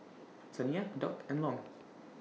Saniya Doc and Long